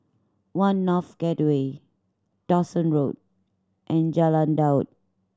One North Gateway Dawson Road and Jalan Daud